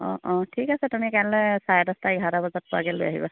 অঁ অঁ ঠিক আছে তুমি কাইলৈ চাৰে দহটা এঘাৰটা বজাত পোৱাকৈ লৈ আহিবা